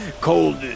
cold